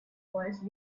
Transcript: voice